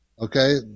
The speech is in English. Okay